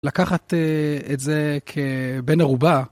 לקחת את זה כבן ערובה.